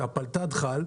שהפלת"ד חל,